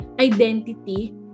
identity